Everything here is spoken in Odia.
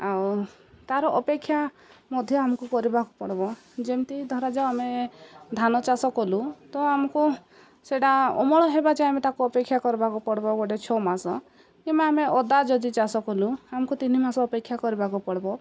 ଆଉ ତା'ର ଅପେକ୍ଷା ମଧ୍ୟ ଆମକୁ କରିବାକୁ ପଡ଼ିବ ଯେମିତି ଧରାଯ ଆମେ ଧାନ ଚାଷ କଲୁ ତ ଆମକୁ ସେଟା ଅମଳ ହେବା ଯେ ଆମେ ତାକୁ ଅପେକ୍ଷା କରିବାକୁ ପଡ଼ିବ ଗୋଟେ ଛଅ ମାସ କିମ୍ବା ଆମେ ଅଦା ଯଦି ଚାଷ କଲୁ ଆମକୁ ତିନି ମାସ ଅପେକ୍ଷା କରିବାକୁ ପଡ଼ିବ